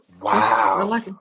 Wow